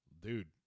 Dude